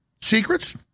secrets